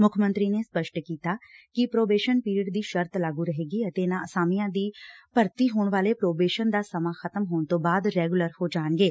ਮੁੱਖ ਮੰਤਰੀ ਨੇ ਸਪੱਸ਼ਟ ਕੀਤਾ ਕਿ ਪ੍ਰੋਬੇਸ਼ਨ ਪੀਰੀਅਡ ਦੀ ਸ਼ਰਤ ਲਾਗੂ ਰਹੇਗੀ ਅਤੇ ਇਨੂਾਂ ਅਸਾਮੀਆਂ ਤੇ ਭਰਤੀ ਹੋਣ ਵਾਲੇ ਪ੍ਰੋਬੇਸ਼ਨ ਦਾ ਸਮਾਂ ਖ਼ਤਮ ਹੋਣ ਤੋਂ ਬਾਅਦ ਰੈਗੂਲਰ ਹੋ ਜਾਣਗੇ